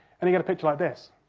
and you get a picture like this.